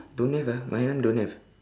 don't have ah my one don't have